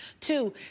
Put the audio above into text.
Two